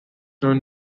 known